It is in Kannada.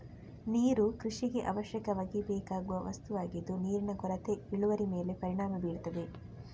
ನೀರು ಕೃಷಿಗೆ ಅವಶ್ಯಕವಾಗಿ ಬೇಕಾಗುವ ವಸ್ತುವಾಗಿದ್ದು ನೀರಿನ ಕೊರತೆ ಇಳುವರಿ ಮೇಲೆ ಪರಿಣಾಮ ಬೀರ್ತದೆ